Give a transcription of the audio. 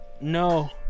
No